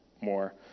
more